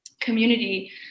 community